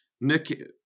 Nick